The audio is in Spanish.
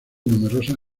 numerosas